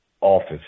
office